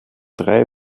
drei